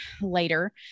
later